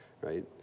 right